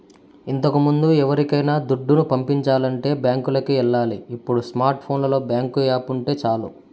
ఇంతకముందు ఎవరికైనా దుడ్డుని పంపించాలంటే బ్యాంకులికి ఎల్లాలి ఇప్పుడు స్మార్ట్ ఫోనులో బ్యేంకు యాపుంటే సాలు